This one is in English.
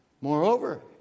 moreover